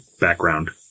background